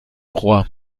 rohr